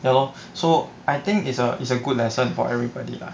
ya lor so I think is a is a good lesson for everybody lah